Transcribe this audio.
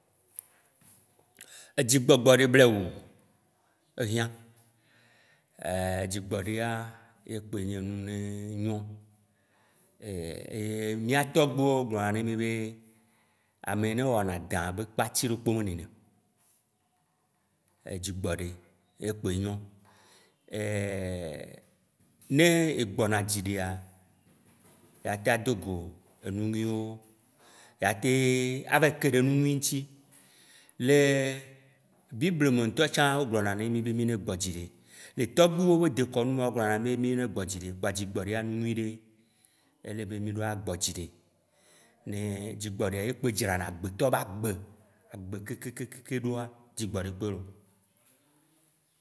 Edzi gbɔgbɔɖi blewu, ehiã, dzigbɔɖia, ye kpoe nye enu yi ne nyo. Mìa tɔgbuiwo gblɔ na ne mì be ameyi ne wɔnadaã be kpati ɖekpo me linɛ o, edzigbɔɖi ye kpoe nyo. Ne egbɔnadziɖia, ya ya tã dogo enu yuiwo, ya tem ava yi ke ɖe enu nyui ŋti. Le Bible me ŋtɔ tsã, wo gblɔna na mì be mì ne gbɔ dziɖi le togbuiwo be dekɔnu nua wogblɔna ne mì be mì ne gbɔ dzi le kpoa dzigbɔɖia enu nyuie ɖe, ele be mìagbɔdziɖi, dzigbɔɖia, ye kpoe dzrana agbetɔ ba gbe agbe keŋkeŋkeŋkeŋ ɖoa dzigbɔɖi kpoe loo